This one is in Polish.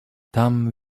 tam